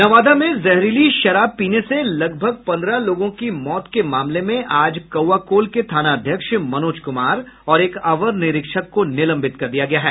नवादा में जहरीली शराब पीने से लगभग पंद्रह लोगों की मौत के मामले में आज कौआकोल के थानाध्यक्ष मनोज कुमार और एक अवर निरीक्षक को निलंबित कर दिया गया है